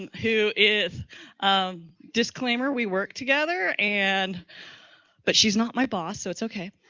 who is disclaimer, we work together and but she is not my boss, so it's okay.